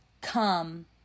come